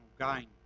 gain